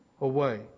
away